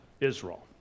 Israel